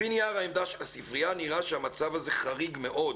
לפי נייר העמדה של הספרייה נראה שהמצב הזה חריג מאוד,